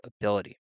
ability